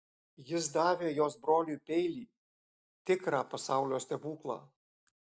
jis davė jos broliui peilį tikrą pasaulio stebuklą